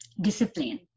discipline